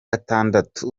gatandatu